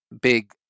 big